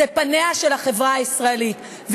זה פניה של החברה הישראלית.